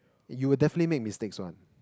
you will definitely make mistakes one